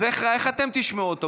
אז איך אתם תשמעו אותו?